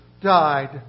died